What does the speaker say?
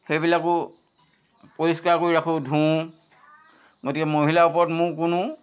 সেইবিলাকো পৰিষ্কাৰকৈ ৰাখোঁ ধুওঁ গতিকে মহিলাৰ ওপৰত মোৰ কোনো